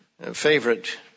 favorite